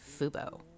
FUBO